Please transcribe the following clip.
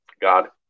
God